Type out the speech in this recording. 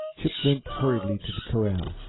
chip limped hurriedly to the corral,